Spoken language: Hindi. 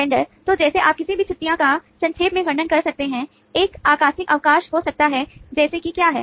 वेंडर तो जैसे आप किसी भी छुट्टी का संक्षेप में वर्णन कर सकते हैं एक आकस्मिक अवकाश हो सकता है जैसे कि क्या हैं